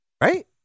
Right